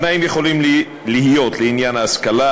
התנאים יכולים להיות לעניין השכלה,